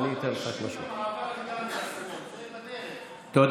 קרעי, תודה.